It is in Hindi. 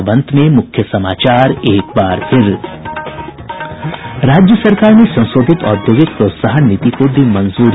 और अब अंत में मुख्य समाचार राज्य सरकार ने संशोधित औद्योगिक प्रोत्साहन नीति को दी मंजूरी